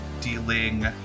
Dealing